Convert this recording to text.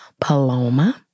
Paloma